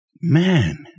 Man